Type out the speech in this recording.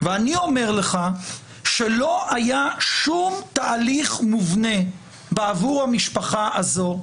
ואני אומר לך שלא היה שום תהליך מובנה בעבור המשפחה הזאת.